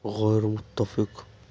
غیر متفق